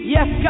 Yes